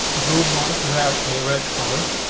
if we would want to have a red color,